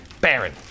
Baron